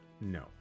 No